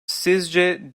sizce